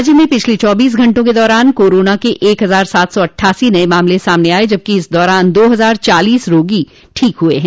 राज्य में पिछले चौबीस घंटों के दौरान कोरोना के एक हजार सात सौ अट़ठासी नये मामले सामने आये जबकि इस दौरान दो हजार चालीस रोगी ठीक हुए हैं